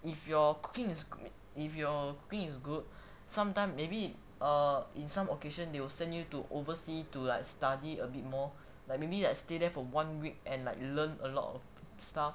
if your cooking is good sometimes maybe err in some occasion they will send you to overseas to like study a bit more like maybe like stay there for one week and like learn a lot of stuff